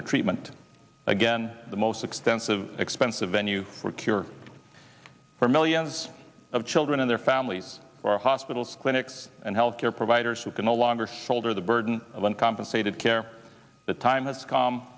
for treatment again the most expensive expensive venue or cure for millions of children and their families or hospitals clinics and health care providers who can no longer shoulder the burden of uncompensated care the time has c